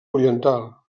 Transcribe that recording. oriental